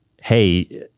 hey